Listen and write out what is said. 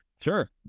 Sure